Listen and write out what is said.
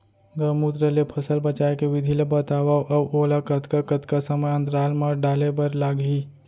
गौमूत्र ले फसल बचाए के विधि ला बतावव अऊ ओला कतका कतका समय अंतराल मा डाले बर लागही?